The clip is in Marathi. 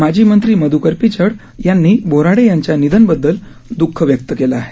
माजी मंत्री मधुकर पिचड यांनी बोऱ्हाडे यांच्या निधनबद्दल दुःख व्यक्त केले आहे